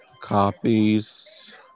Copies